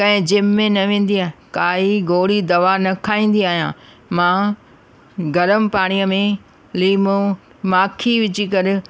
कंहिं जिम में न वेंदी आहियां काई गोरी दवा न खाईंदी आहियां मां गरम पाणीअ में लीमो माख़ी विझी करे